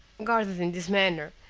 guarded in this manner,